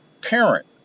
parent